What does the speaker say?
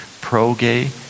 pro-gay